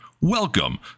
welcome